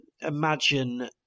imagine